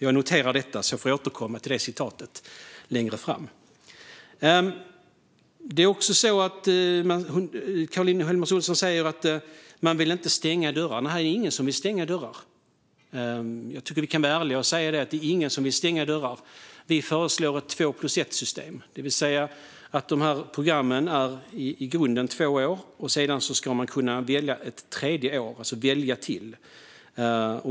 Jag noterar detta och får återkomma till det citatet längre fram. Caroline Helmersson Olsson sa också att man inte vill stänga dörrar. Nej, det är ingen som vill stänga dörrar. Jag tycker att vi kan vara ärliga och säga att det inte är någon som vill stänga dörrar. Vi föreslår ett två-plus-ett-system, det vill säga att dessa program i grunden är två år och att man sedan ska kunna välja till ett tredje år.